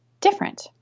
different